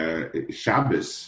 Shabbos